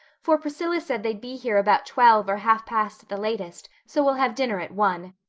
for priscilla said they'd be here about twelve or half past at the latest, so we'll have dinner at one.